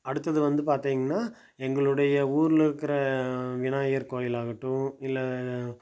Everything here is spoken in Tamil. அடுத்தது வந்து பார்த்தீங்னா எங்களுடைய ஊரில் இருக்கிற விநாயகர் கோயிலாகட்டும் இல்லை